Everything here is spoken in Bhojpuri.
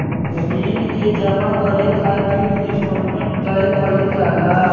ऋण के जामा करे खातिर इंस्टॉलमेंट तय कईल जाला